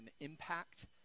impact